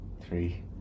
Three